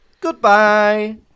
Goodbye